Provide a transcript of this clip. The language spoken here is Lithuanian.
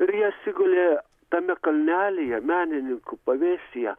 ir jie atsigulė tame kalnelyje menininkų pavėsyje